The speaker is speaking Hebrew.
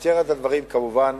כמובן,